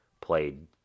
played